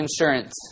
insurance